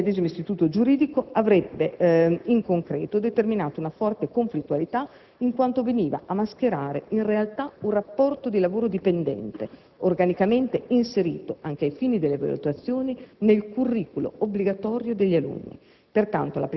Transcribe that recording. L'applicazione del medesimo istituto giuridico avrebbe in concreto determinato una forte conflittualità, in quanto veniva a mascherare in realtà un rapporto di lavoro dipendente, organicamente inserito, anche ai fini delle valutazioni, nel curricolo obbligatorio degli alunni.